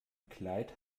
kleid